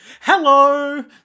hello